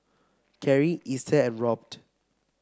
Cary Easter and Robt